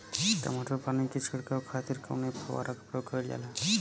टमाटर में पानी के छिड़काव खातिर कवने फव्वारा का प्रयोग कईल जाला?